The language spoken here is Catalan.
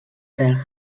real